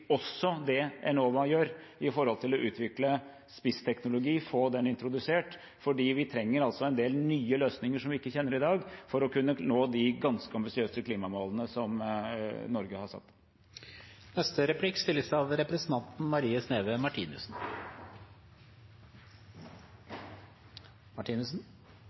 også det Enova gjør opp mot å utvikle spissteknologi og få den introdusert. For vi trenger en del nye løsninger som vi ikke kjenner i dag, for å kunne nå de ganske ambisiøse klimamålene som Norge har satt.